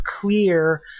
clear